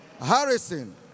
Harrison